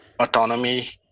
autonomy